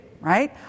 right